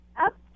Up